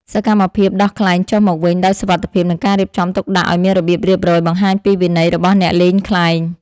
សកម្មភាពដោះខ្លែងចុះមកវិញដោយសុវត្ថិភាព និងការរៀបចំទុកដាក់ឱ្យមានរបៀបរៀបរយ បង្ហាញពីវិន័យរបស់អ្នកលេងខ្លែង។